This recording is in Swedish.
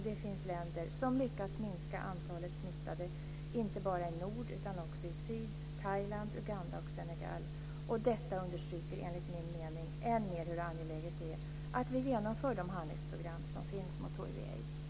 Det finns länder som lyckats minska antalet smittade, inte bara i nord utan också i syd - Thailand, Uganda och Senegal. Detta understryker enligt min mening än mer hur angeläget det är att vi genomför de handlingsprogram som finns mot hiv/aids.